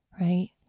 right